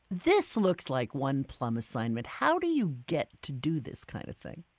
this looks like one plum assignment. how do you get to do this kind of thing?